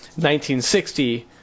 1960